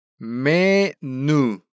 Menu